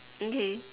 okay